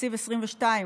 בתקציב 2022,